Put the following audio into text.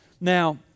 Now